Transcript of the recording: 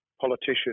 politician